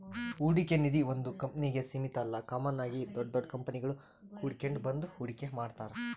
ಹೂಡಿಕೆ ನಿಧೀ ಒಂದು ಕಂಪ್ನಿಗೆ ಸೀಮಿತ ಅಲ್ಲ ಕಾಮನ್ ಆಗಿ ದೊಡ್ ದೊಡ್ ಕಂಪನಿಗುಳು ಕೂಡಿಕೆಂಡ್ ಬಂದು ಹೂಡಿಕೆ ಮಾಡ್ತಾರ